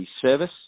service